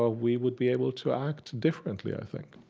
ah we would be able to act differently, i think